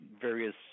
various